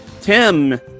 Tim